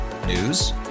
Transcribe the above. News